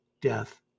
death